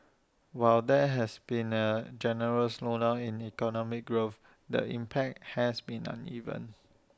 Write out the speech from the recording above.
while there has been A general slowdown in economic growth the impact has been uneven